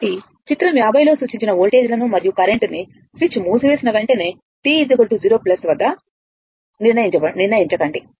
కాబట్టి చిత్రం 50లో సూచించిన వోల్టేజ్లను మరియు కరెంట్ ని స్విచ్ మూసివేసిన వెంటనే t 0 వద్ద నిర్ణయించండి